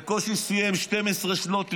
בקושי סיים 12 שנות לימוד,